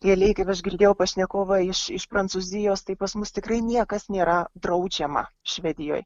realiai kaip aš girdėjau pašnekovą iš iš prancūzijos tai pas mus tikrai niekas nėra draudžiama švedijoj